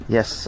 Yes